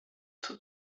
zur